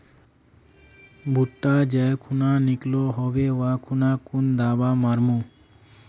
भुट्टा जाई खुना निकलो होबे वा खुना कुन दावा मार्मु?